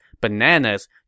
bananas